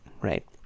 right